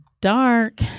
dark